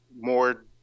more